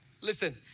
Listen